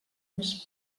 més